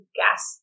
gas